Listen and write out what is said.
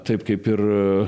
taip kaip ir